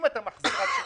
כי הרי מה קורה כאן?